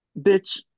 Bitch